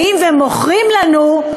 באים ומוכרים לנו: